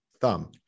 thumb